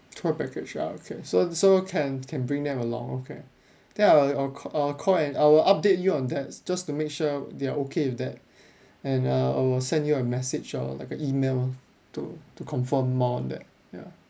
tour package ah okay so so can can bring them along okay then I will I'll call I'll call I will update you on that just to make sure they are okay with that and uh I will send you a message or like a email lor to to confirm more on that ya